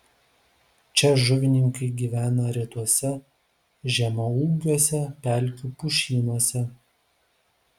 čia žuvininkai gyvena retuose žemaūgiuose pelkių pušynuose